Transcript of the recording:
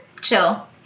Chill